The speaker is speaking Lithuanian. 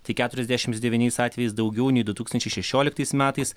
tik keturiasdešimt devyniais atvejais daugiau nei du tūkstančiai šeioliktais metais